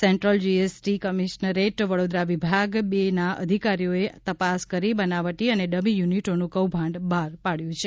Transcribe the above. central GST commissionerate Vadodara વિભાગ બે ના અધિકારીઓએ તપાસ કરી બનાવટી અને ડમી યુનિટોનું કૌભાંડ બહાર આવ્યું છે